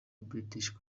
british